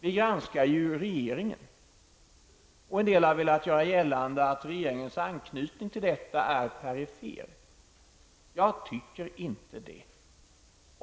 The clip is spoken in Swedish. Vi granskar ju regeringen. En del har velat göra gällande att regeringens anknytning till detta är perifer. Jag tycker inte det.